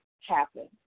happen